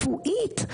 רפואית,